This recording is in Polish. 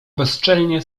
bezczelnie